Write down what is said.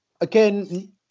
again